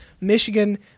Michigan